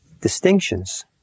distinctions